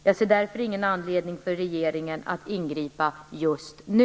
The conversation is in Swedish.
Jag ser därför ingen anledning för regeringen att ingripa just nu.